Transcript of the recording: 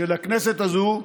של הכנסת הזו,